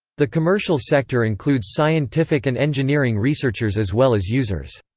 the commercial sector includes scientific and engineering researchers as well as users.